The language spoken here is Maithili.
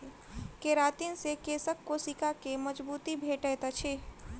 केरातिन से केशक कोशिका के मजबूती भेटैत अछि